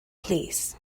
plîs